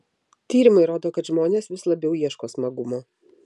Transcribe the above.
tyrimai rodo kad žmonės vis labiau ieško smagumo